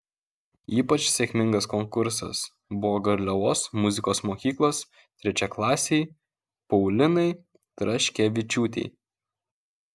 ypač sėkmingas konkursas buvo garliavos muzikos mokyklos trečiaklasei paulinai traškevičiūtei